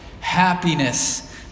happiness